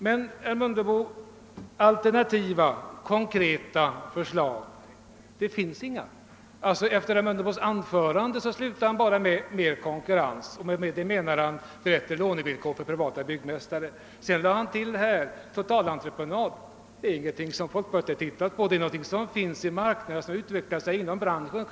Men, herr Mundebo, några alternativa konkreta förslag presenterades inte. I sitt anförande talade herr Mundebo om mer konkurrens, och därmed avsåg han bättre lånevillkor för privata byggmästare. I sin replik tillade han förslaget om totalentreprenad. Men detta är ingenting som folkpartiet hittat på, utan det är någonting som utvecklats på marknaden och inom branschen.